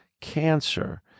cancer